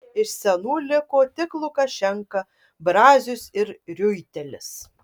iš senų liko tik lukašenka brazius ir riuitelis